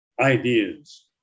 ideas